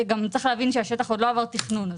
צריך להבין שהשטח עוד לא עבר תכנון.